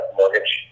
mortgage